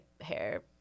hair